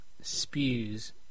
spews